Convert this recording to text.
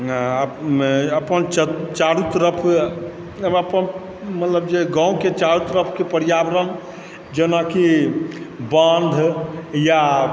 अपन चारू तरफ मतलब जे गाँवके चारू तरफ पर्यावरण जेनाकि बाँध या